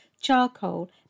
charcoal